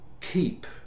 keep